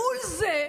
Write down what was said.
מול זה,